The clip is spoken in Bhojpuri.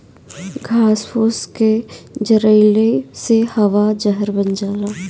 घास फूस के जरइले से हवा जहर बन जाला